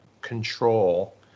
control